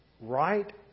right